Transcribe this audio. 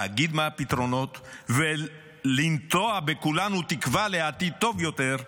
להגיד מהם הפתרונות ולנטוע בכולנו תקווה לעתיד טוב יותר,